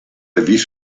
avis